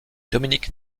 dominique